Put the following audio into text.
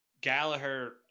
Gallagher